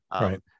Right